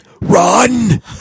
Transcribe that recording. run